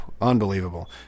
unbelievable